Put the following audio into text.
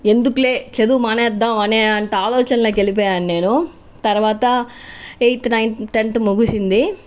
ఎందుకు చదువు మానేద్దాం అనే అంత ఆలోచనలో వెళ్ళిపోయాను నేను తర్వాత ఎయిత్ నైన్త్ టెన్త్ ముగిసింది